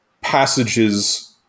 passages